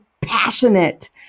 passionate